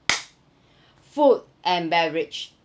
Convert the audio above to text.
food and beverage